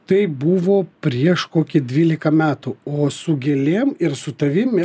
tai buvo prieš kokį dvyliką metų o su gėlėm ir su tavim